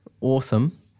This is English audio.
Awesome